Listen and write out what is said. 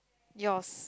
yours